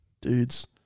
dudes